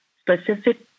specific